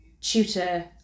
tutor